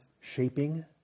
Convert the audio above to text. shaping